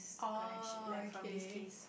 connect from this case